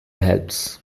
helps